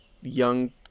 young